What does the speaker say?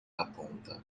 aponta